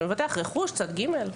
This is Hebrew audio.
אתה מבטח רכוש, צד גימל.